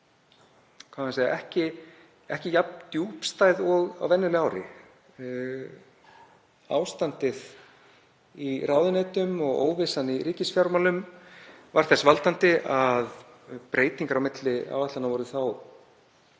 haust var ekki jafn djúpstæð og á venjulegu ári. Ástandið í ráðuneytum og óvissan í ríkisfjármálum varð þess valdandi að breytingar á milli áætlana voru þá